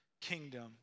kingdom